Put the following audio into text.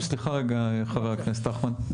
סליחה רגע חבר הכנסת אחמד,